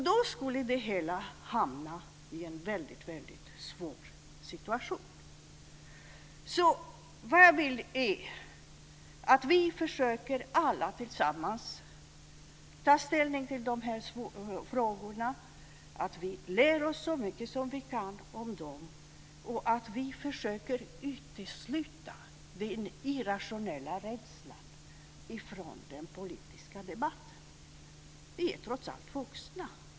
Då skulle det hela hamna i en väldigt svår situation. Vad jag vill är att vi alla tillsammans försöker ta ställning till de här frågorna, att vi försöker lära oss så mycket som möjligt om dem och att vi försöker utesluta den irrationella rädslan från den politiska debatten. Vi är trots allt vuxna.